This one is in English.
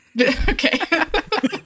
okay